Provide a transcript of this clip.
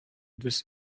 this